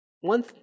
one